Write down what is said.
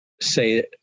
say